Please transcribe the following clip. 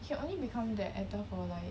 can only become that actor for life